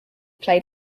played